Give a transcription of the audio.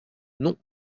non